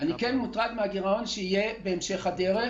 אני כן מוטרד מהגירעון שיהיה בהמשך הדרך.